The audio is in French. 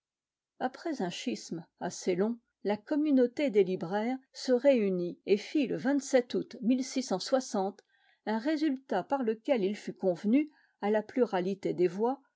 après un schisme assez long la communauté des libraires se réunit et fit le août un résultat par lequel il fut convenu à la pluralité des voix